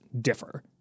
differ